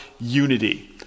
unity